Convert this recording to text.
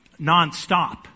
nonstop